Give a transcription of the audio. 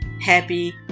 happy